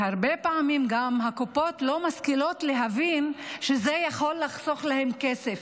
והרבה פעמים גם הקופות לא משכילות להבין שזה יכול לחסוך להן כסף,